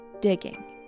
digging